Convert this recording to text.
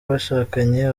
abashakanye